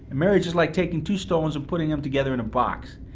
marriage is like taking two stones and putting them together in a box.